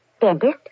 dentist